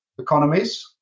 economies